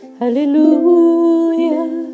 hallelujah